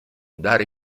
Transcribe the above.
dare